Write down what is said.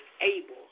able